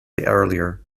earlier